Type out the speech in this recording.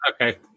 okay